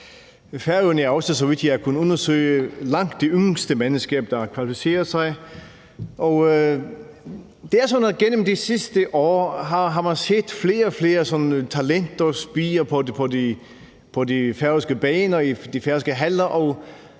Færøerne er, så vidt jeg har kunnet undersøge det, langt det yngste mandskab, der har kvalificeret sig. Det er sådan, at gennem de sidste år har man set flere og flere talenter spire på de færøske baner og i de færøske haller,